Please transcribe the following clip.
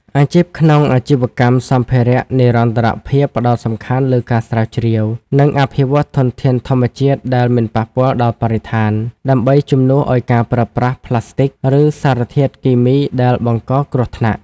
អាជីពក្នុងអាជីវកម្មសម្ភារៈនិរន្តរភាពផ្ដោតសំខាន់លើការស្រាវជ្រាវ និងអភិវឌ្ឍន៍ធនធានធម្មជាតិដែលមិនប៉ះពាល់ដល់បរិស្ថាន ដើម្បីជំនួសឱ្យការប្រើប្រាស់ប្លាស្ទិក ឬសារធាតុគីមីដែលបង្កគ្រោះថ្នាក់។